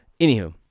anywho